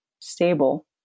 stable